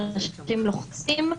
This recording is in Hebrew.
כאשר אנשים לוחצים,